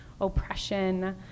oppression